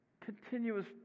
continuous